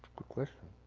good question.